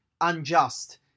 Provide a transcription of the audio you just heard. unjust